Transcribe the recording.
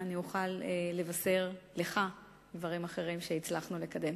אני אוכל לבשר לך על דברים אחרים שהצלחנו לקדם.